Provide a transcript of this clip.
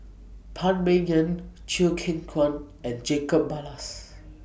Phan Ming Yen Chew Kheng Chuan and Jacob Ballas